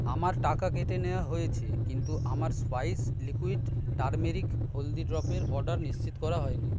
আমার টাকা কেটে নেওয়া হয়েছে কিন্তু আমার স্পাইস লিকুইড টারমেরিক হলদি ড্রপের অর্ডার নিশ্চিত করা হয় নি